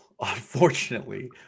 unfortunately